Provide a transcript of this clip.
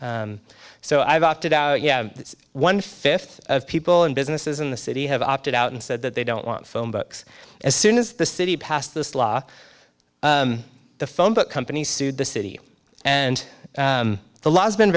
so i've opted out yeah one fifth of people and businesses in the city have opted out and said that they don't want phone books as soon as the city passed this law the phone book company sued the city and the law has been